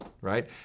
right